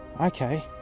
okay